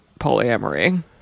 polyamory